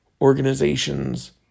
organizations